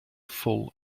full